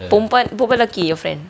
perempuan perempuan lelaki your friend